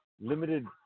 limited